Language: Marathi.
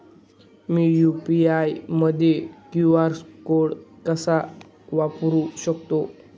मी यू.पी.आय मध्ये क्यू.आर कोड कसा वापरु शकते?